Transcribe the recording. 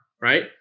Right